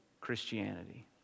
Christianity